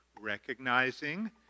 recognizing